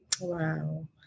Wow